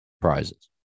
prizes